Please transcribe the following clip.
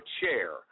chair